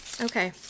Okay